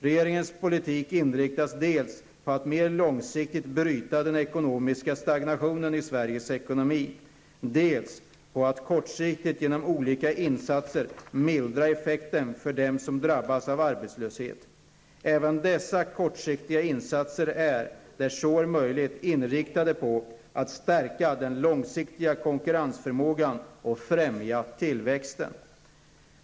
Regeringens politik inriktas dels på att mer långsiktigt bryta den ekonomiska stagnationen i Sveriges ekonomi, dels på att kortsiktigt genom olika insatser mildra effekten för dem som drabbas av arbetslöshet. Även dessa kortsiktiga insatser är -- där så är möjligt -- inriktade på att stärka den långsiktiga konkurrensförmågan och främja tillväxten.